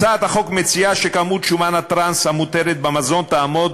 הצעת החוק מציעה שכמות שומן הטראנס המותרת במזון תעמוד